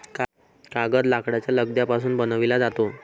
कागद लाकडाच्या लगद्यापासून बनविला जातो